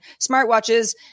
smartwatches